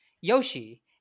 Yoshi